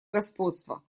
господства